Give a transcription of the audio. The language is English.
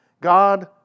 God